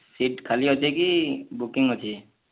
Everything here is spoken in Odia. ସିଟ୍ ଖାଲି ଅଛେ କି ବୁକିଙ୍ଗ୍ ଅଛି